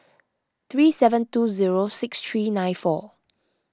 three seven two zero six three nine four